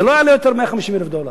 זה לא יעלה יותר מ-150,000 דולר.